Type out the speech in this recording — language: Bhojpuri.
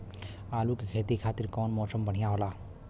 आलू के खेती खातिर कउन मौसम बढ़ियां होला?